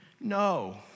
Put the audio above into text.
No